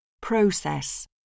Process